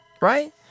right